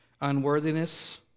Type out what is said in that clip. unworthiness